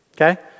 okay